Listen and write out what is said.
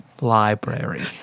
Library